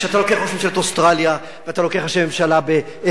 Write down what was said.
שכשאתה לוקח את ראש ממשלת אוסטריה ואתה לוקח ראשי ממשלה באירופה,